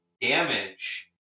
damage